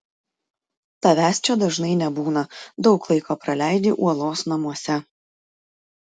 tavęs čia dažnai nebūna daug laiko praleidi uolos namuose